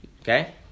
Okay